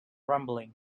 rumbling